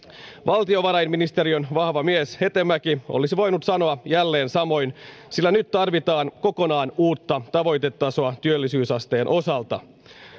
valtiovarainministeriön vahva mies hetemäki olisi voinut sanoa jälleen samoin sillä nyt tarvitaan kokonaan uutta tavoitetasoa työllisyysasteen osalta